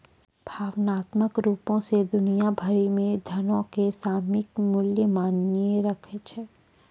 भावनात्मक रुपो से दुनिया भरि मे धनो के सामयिक मूल्य मायने राखै छै